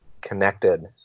connected